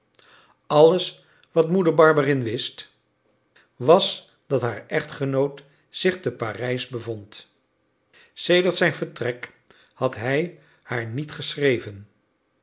alles wat moeder barberin wist was dat haar echtgenoot zich te parijs bevond sedert zijn vertrek had hij haar niet geschreven